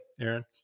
Aaron